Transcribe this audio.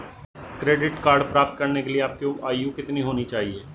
Credit card प्राप्त करने के लिए आपकी आयु कितनी होनी चाहिए?